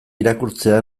irakurtzea